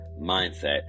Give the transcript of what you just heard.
mindset